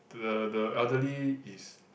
the the elderly is